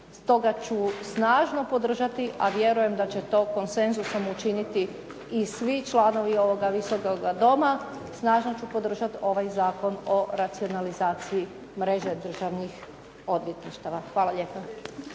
Stoga ću snažno podržati, a vjerujem da će to konsenzusom učiniti i svi članovi ovoga visokoga doma. Snažno ću podržati ovaj zakon o racionalizaciji mreže državnih odvjetništava. Hvala lijepa.